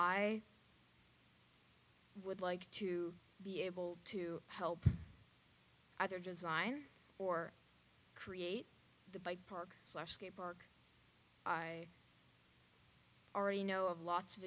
i would like to be able to help either design or create the bike park slash skate park i already know of lots of